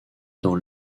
dans